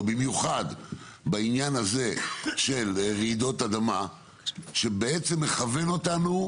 במיוחד בעניין הזה של רעידות אדמה שעצם מכוון אותנו,